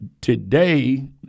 today